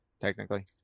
technically